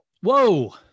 Whoa